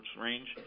range